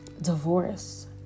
Divorce